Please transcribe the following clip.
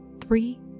three